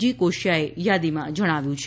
જી કોશિયાએ યાદીમાં જણાવ્યું છે